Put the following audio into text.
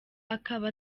akaba